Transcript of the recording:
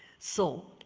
so